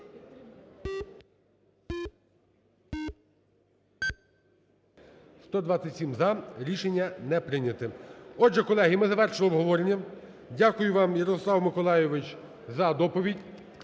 За-127 Рішення не прийнято. Отже, колеги, ми завершуємо обговорення. Дякую, вам Ярослав Миколайович, за доповідь.